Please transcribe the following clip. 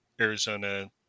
Arizona